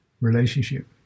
relationship